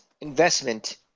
investment